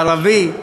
הערבי,